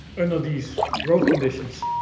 under these growth conditions,